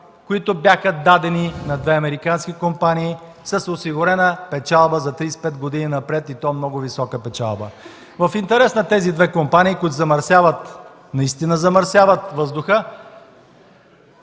които бяха дадени на две американски компании с осигурена печалба за 35 години напред и то много висока печалба. В интерес на тези две компании, които замърсяват, наистина замърсяват въздуха,